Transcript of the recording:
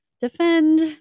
Defend